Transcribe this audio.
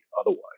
otherwise